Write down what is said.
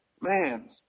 man